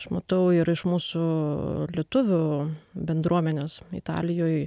aš matau ir iš mūsų lietuvių bendruomenės italijoj